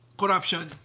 corruption